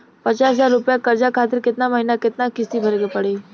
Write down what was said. पचास हज़ार रुपया कर्जा खातिर केतना महीना केतना किश्ती भरे के पड़ी?